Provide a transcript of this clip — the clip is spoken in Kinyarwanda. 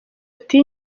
ati